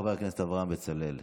חבר הכנסת אברהם בצלאל,